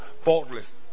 faultless